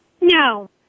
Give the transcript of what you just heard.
no